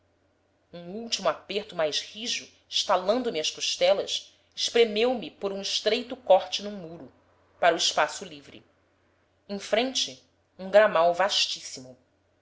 um último aperto mais rijo estalando me as costelas espremeu me por um estreito corte de muro para o espaço livre em frente um gramal vastíssimo